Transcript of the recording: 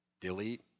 Delete